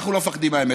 אנחנו לא מפחדים מהאמת.